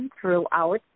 throughout